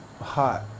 hot